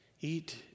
Eat